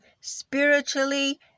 spiritually